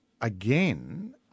again